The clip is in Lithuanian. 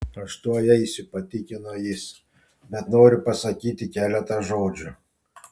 aš tuoj eisiu patikino jis bet noriu pasakyti keletą žodžių